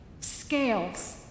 scales